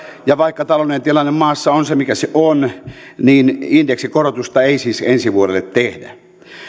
ja vaikka taloudellinen tilanne maassa on se mikä se on niin indeksikorotusta ei siis ensi vuodelle tehdä